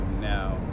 now